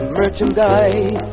merchandise